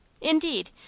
Indeed